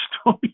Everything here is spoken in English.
story